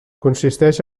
consisteix